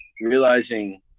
realizing